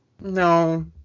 No